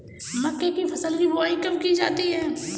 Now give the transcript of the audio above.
मक्के की फसल की बुआई कब की जाती है?